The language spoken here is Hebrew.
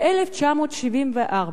ב-1974,